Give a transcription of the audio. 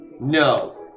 No